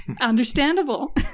Understandable